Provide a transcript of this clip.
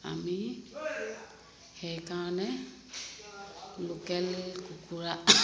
আমি সেইকাৰণে লোকেল কুকুৰা